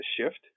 shift